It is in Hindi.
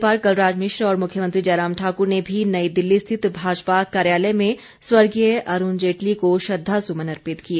राज्यपाल कलराज मिश्र और मुख्यमंत्री जयराम ठाकुर ने भी नई दिल्ली स्थित भाजपा कार्यालय में स्वर्गीय अरूण जेटली को श्रद्धासुमन अर्पित किए